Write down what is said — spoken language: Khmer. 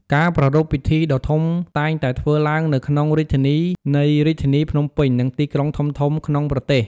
ការប្រារព្ធពិធីដ៏ធំតែងតែធ្វើឡើងនៅក្នុងរាជធានីនៃរាជធានីភ្នំពេញ និងទីក្រុងធំៗក្នុងប្រទេស។